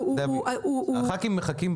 הח"כים מחכים.